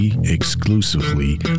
exclusively